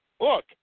look